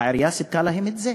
העירייה סיפקה להם את זה.